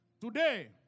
Today